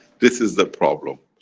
this is the problem,